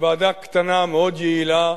ועדה קטנה, מאוד יעילה,